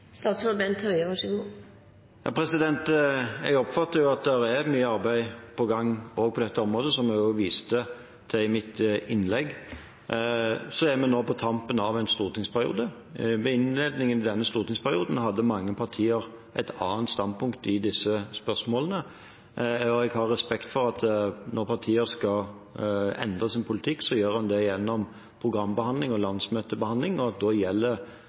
Jeg oppfatter at det er mye arbeid på gang også på dette området, som jeg også viste til i mitt innlegg. Vi er nå på tampen av en stortingsperiode. Ved innledningen til denne stortingsperioden hadde mange partier et annet standpunkt i disse spørsmålene. Jeg har respekt for at når partier skal endre sin politikk, gjør en det gjennom programbehandling og landsmøtebehandling, og at da gjelder et nytt program for neste stortingsperiode, men det